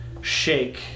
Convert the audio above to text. shake